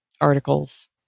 articles